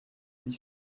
huit